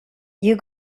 you